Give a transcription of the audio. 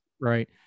right